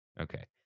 Okay